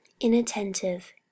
inattentive